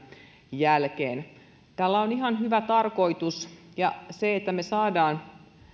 jälkeen tällä on ihan hyvä tarkoitus se että me saamme